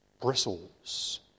bristles